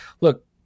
look